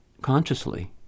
consciously